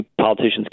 politicians